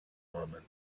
moment